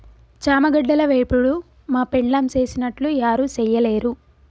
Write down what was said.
చామగడ్డల వేపుడు మా పెండ్లాం సేసినట్లు యారు సెయ్యలేరు